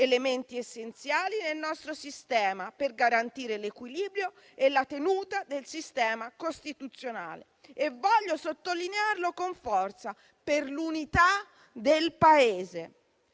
elementi essenziali nel nostro sistema per garantire l'equilibrio e la tenuta del sistema costituzionale e - voglio sottolinearlo con forza - per l'unità del Paese.